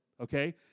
okay